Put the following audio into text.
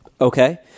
Okay